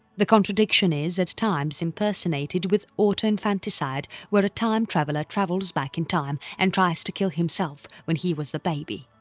the contradiction is at times impersonated with autoinfanticide where a time traveller travels back in time and tries to kill himself when he was a baby.